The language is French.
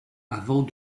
avant